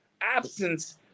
absence